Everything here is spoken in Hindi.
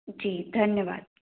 जी धन्यवाद